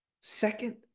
second